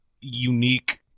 unique